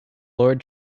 lord